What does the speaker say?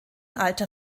alter